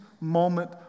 moment